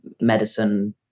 medicine